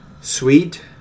sweet